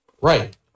Right